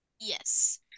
Yes